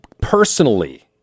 personally